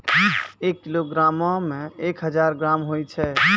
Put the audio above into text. एक किलोग्रामो मे एक हजार ग्राम होय छै